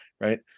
right